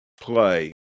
play